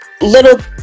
little